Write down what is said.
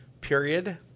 period